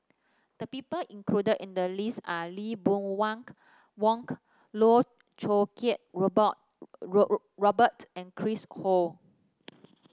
the people included in the list are Lee Boon Wang Vang Loh Choo Kiat Robert and Chris Ho